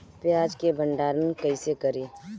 प्याज के भंडारन कईसे करी?